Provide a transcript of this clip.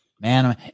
man